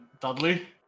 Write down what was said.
Dudley